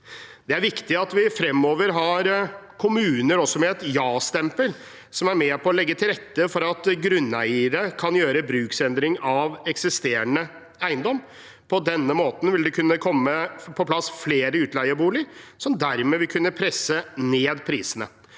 Det er viktig at vi fremover har kommuner også med et ja-stempel, som er med på å legge til rette for at grunneiere kan gjøre bruksendringer av eksisterende eiendom. På denne måten vil det kunne komme på plass flere utleieboliger, som dermed vil kunne presse ned prisene.